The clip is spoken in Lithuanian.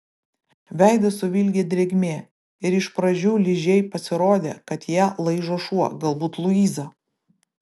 veidą suvilgė drėgmė ir iš pradžių ližei pasirodė kad ją laižo šuo galbūt luiza